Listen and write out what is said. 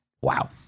wow